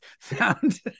found